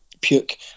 puke